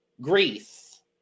Greece